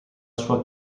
sua